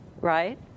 Right